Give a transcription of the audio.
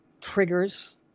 triggers